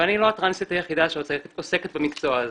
ואני לא הטרנסית היחידה שעוסקת במקצוע הזה.